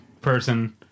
person